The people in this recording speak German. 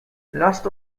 lasst